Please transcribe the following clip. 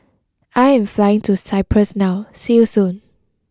I am flying to Cyprus now see you soon